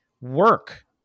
work